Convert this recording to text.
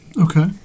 Okay